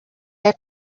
have